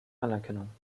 anerkennung